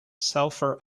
sulfur